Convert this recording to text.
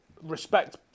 respect